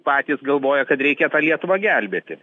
patys galvoja kad reikia lietuvą gelbėti